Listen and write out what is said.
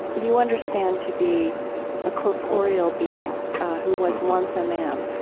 you understand to be a corporeal being who was once a man,